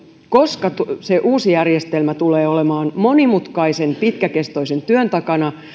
koska uusi järjestelmä tulee olemaan monimutkaisen pitkäkestoisen työn takana